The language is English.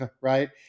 right